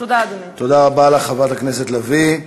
תודה, אדוני.